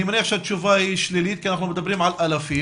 אני מניח שהתשובה היא שלילית כי אנחנו מדברים על אלפים,